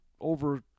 over